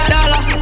Dollar